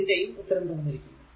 ഇതിന്റെയും ഉത്തരം തന്നിരിക്കുന്നു